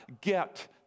get